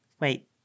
Wait